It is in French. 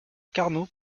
carnot